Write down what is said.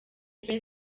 the